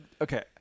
Okay